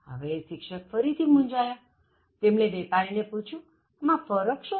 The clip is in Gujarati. હવે શિક્ષક ફરીથી મૂંઝાયાતેમણે વેપારી ને પૂછ્યુંઆમાં ફરક શું છે